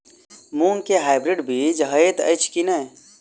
मूँग केँ हाइब्रिड बीज हएत अछि की नै?